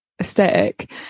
aesthetic